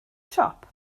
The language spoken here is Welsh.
siop